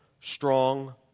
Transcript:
strong